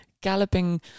galloping